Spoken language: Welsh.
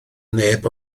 neb